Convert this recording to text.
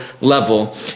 level